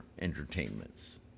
entertainments